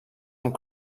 amb